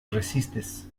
resistes